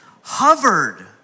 hovered